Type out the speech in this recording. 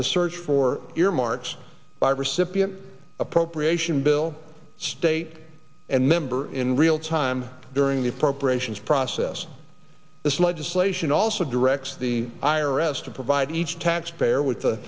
to search for earmarks by recipient appropriation bill state and member in real time during the appropriations process this legislation also directs the i r s to provide each taxpayer with